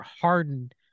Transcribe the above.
hardened